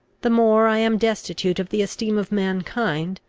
the more i am destitute of the esteem of mankind,